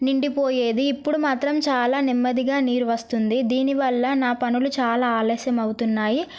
నిండిపోయేది ఇప్పుడు మాత్రం చాలా నెమ్మదిగా నీరు వస్తుంది దీనివల్ల నా పనులు చాలా ఆలస్యం అవుతున్నాయి